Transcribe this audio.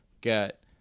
get